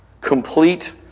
complete